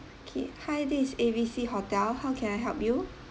okay hi this is a A B C hotel how can I help you